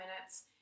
minutes